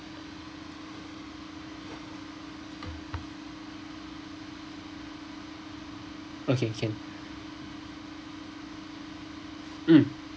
okay can mm